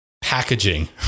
packaging